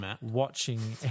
watching